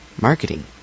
marketing